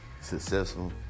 successful